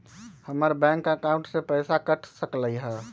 हमर bank account से पैसा कट सकलइ ह?